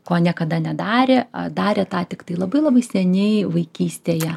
ko niekada nedarė a darė tą tiktai labai labai seniai vaikystėje